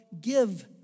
give